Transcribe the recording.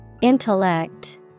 Intellect